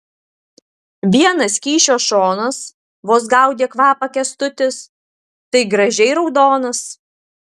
vienas kyšio šonas vos gaudė kvapą kęstutis tai gražiai raudonas